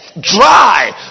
Dry